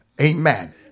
Amen